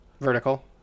Vertical